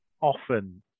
often